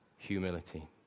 Humility